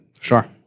Sure